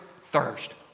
thirst